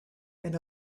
and